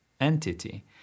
entity